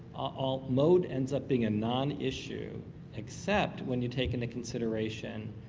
ah mode ends up being a non-issue except when you take into consideration